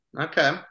Okay